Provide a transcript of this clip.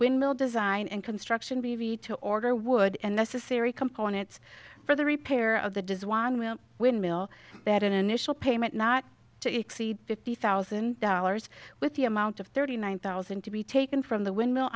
windmill design and construction levy to order wood and necessary components for the repair of the does one will windmill that initial payment not to exceed fifty thousand dollars with the amount of thirty nine thousand to be taken from the wind